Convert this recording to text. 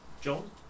John